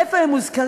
איפה הם מוזכרים.